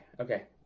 okay